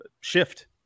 shift